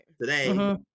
Today